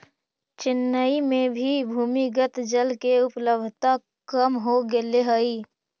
चेन्नई में भी भूमिगत जल के उपलब्धता कम हो गेले हई